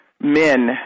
men